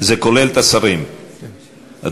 זה כולל את השרים, אדוני.